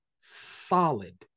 solid